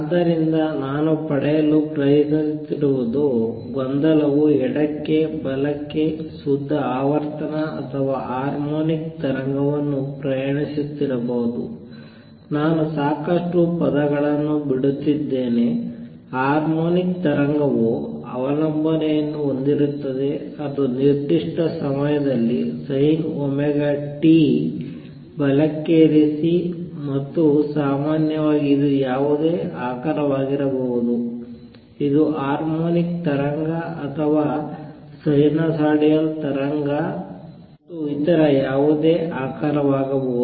ಆದ್ದರಿಂದ ನಾನು ಪಡೆಯಲು ಪ್ರಯತ್ನಿಸುತ್ತಿರುವುದು ಗೊಂದಲವು ಎಡಕ್ಕೆ ಬಲಕ್ಕೆ ಶುದ್ಧ ಆವರ್ತನ ಅಥವಾ ಹಾರ್ಮೋನಿಕ್ ತರಂಗವನ್ನು ಪ್ರಯಾಣಿಸುತ್ತಿರಬಹುದು ನಾನು ಸಾಕಷ್ಟು ಪದಗಳನ್ನು ಬಿಡುತ್ತಿದ್ದೇನೆ ಹಾರ್ಮೋನಿಕ್ ತರಂಗವು ಅವಲಂಬನೆಯನ್ನು ಹೊಂದಿರುತ್ತದೆ ಅದು ನಿರ್ದಿಷ್ಟ ಸಮಯದಲ್ಲಿ ಸೈನ್ ಒಮೆಗಾ t ಬಲಕ್ಕೆ ಇರಿಸಿ ಮತ್ತು ಸಾಮಾನ್ಯವಾಗಿ ಇದು ಯಾವುದೇ ಆಕಾರವಾಗಿರಬಹುದು ಇದು ಹಾರ್ಮೋನಿಕ್ ತರಂಗ ಅಥವಾ ಸೈನುಸೈಡಲ್ ತರಂಗ ಮತ್ತು ಇತರೆ ಯಾವುದೇ ಆಕಾರವಾಗಬಹುದು